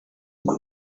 ubwo